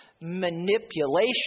manipulation